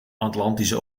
atlantische